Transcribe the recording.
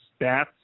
stats